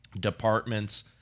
departments